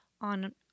on